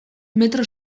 metro